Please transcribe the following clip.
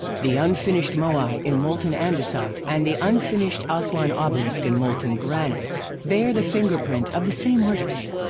the unfinished moai in molten andesite and the unfinished aswan obelisk in molten granite bear the fingerprint of the same artist.